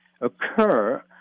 occur